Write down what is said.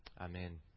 Amen